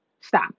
Stop